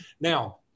Now